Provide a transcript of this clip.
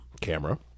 camera